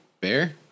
Bear